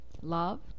love